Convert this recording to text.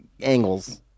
angles